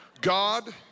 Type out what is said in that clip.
God